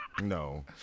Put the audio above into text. No